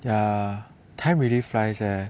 ya time really flies leh